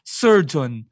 surgeon